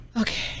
Okay